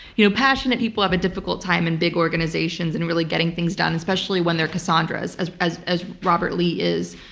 you know passionate people have a difficult time in big organizations in really getting things done, especially when they're cassandras, as as robert lee is.